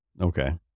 Okay